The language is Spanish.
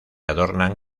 adornan